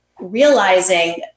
realizing